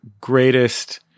greatest